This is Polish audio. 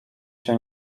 się